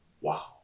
wow